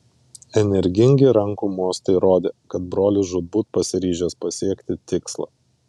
energingi rankų mostai rodė kad brolis žūtbūt pasiryžęs pasiekti tikslą